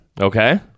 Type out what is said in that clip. Okay